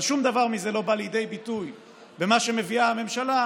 אבל שום דבר מזה לא בא לידי ביטוי במה שמביאה הממשלה,